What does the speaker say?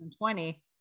2020